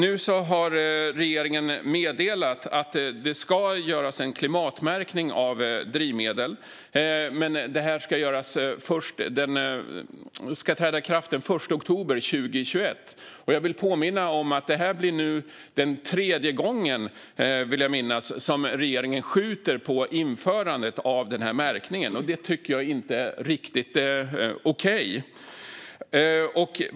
Nu har regeringen meddelat att det ska införas en klimatmärkning av drivmedel, men det ska träda i kraft den 1 oktober 2021. Jag vill påminna om att det är den tredje gången, vill jag minnas, som regeringen skjuter på införandet av märkningen, och det tycker jag inte är riktigt okej.